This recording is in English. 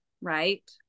right